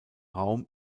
raum